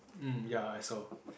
mm ya I saw